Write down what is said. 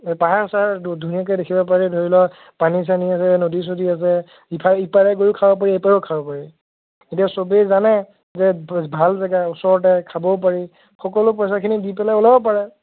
তাৰ ওচৰতে ধুনীয়াকৈ দেখিব পাৰি ধৰি ল পানী চানী আছে নদী চদী আছে ইপাৰে গৈয়ো খাব পাৰি এইপাৰেও খাব পাৰি এতিয়া চবেই জানে যে ভাল জেগা ওচৰতে খাবও পাৰি সকলোৱে পইচাখিনি দি পেলাই ওলাব পাৰে